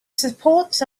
supports